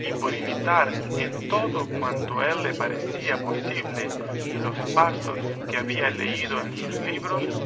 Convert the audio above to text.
y por imitar en todo cuanto a él le parecía posible los pasos que había leído en sus libros